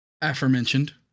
aforementioned